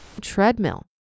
treadmill